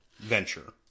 venture